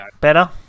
Better